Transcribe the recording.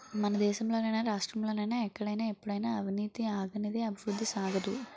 ఈ దేశంలో నైనా రాష్ట్రంలో నైనా ఎక్కడైనా ఎప్పుడైనా అవినీతి ఆగనిదే అభివృద్ధి సాగదు